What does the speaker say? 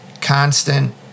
constant